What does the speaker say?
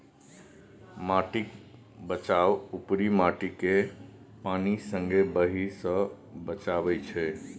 माटिक बचाउ उपरी माटिकेँ पानि संगे बहय सँ बचाएब छै